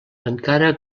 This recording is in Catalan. encara